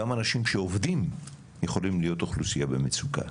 גם אנשים שעובדים יכולים להיות אוכלוסייה במצוקה.